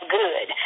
good